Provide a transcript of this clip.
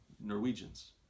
Norwegians